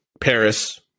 Paris